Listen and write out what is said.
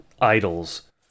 idols